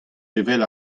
evel